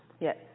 Yes